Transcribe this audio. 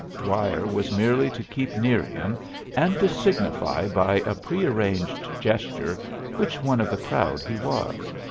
dwyer was merely to keep near him and to signify by a prearranged gesture which one of the crowd he was.